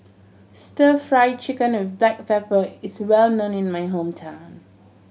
Stir Fry Chicken with black pepper is well known in my hometown